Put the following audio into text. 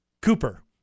Cooper